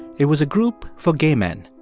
it was a group for gay men.